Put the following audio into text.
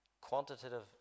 quantitative